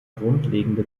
grundlegende